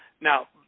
now